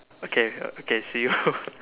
okay okay see you